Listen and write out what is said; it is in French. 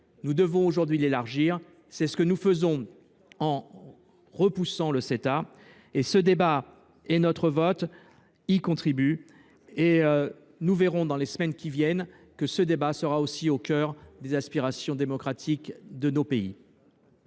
Nous devons aujourd’hui l’élargir. C’est ce que nous faisons en repoussant le Ceta. Ce débat et notre vote y contribuent. Nous verrons dans les semaines qui viennent que ces enjeux seront aussi au cœur des aspirations démocratiques de nos pays.